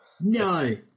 No